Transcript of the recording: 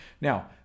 Now